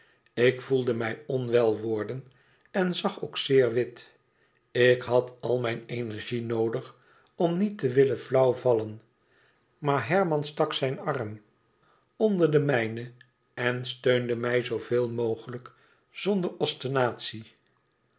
ik voelde mij onwel worden en zag zeker ook zeer wit ik had al mijn energie noodig om niet te willen flauw vallen maar herman stak zijn arm onder den mijne en steunde mij zooveel mogelijk zouder